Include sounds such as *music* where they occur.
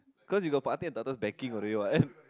cause you got pati and tata's backing already [what] *breath*